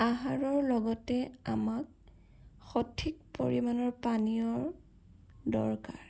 আহাৰৰ লগতে আমাক সঠিক পৰিমাণৰ পানীয়ৰ দৰকাৰ